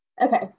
okay